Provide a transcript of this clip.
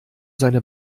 seine